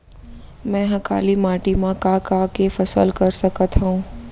मै ह काली माटी मा का का के फसल कर सकत हव?